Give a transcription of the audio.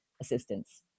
assistance